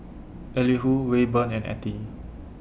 Elihu Rayburn and Ethie